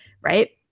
Right